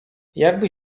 jakby